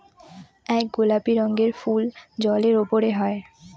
এক গোলাপি রঙের ফুল জলের উপরে হয়